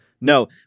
No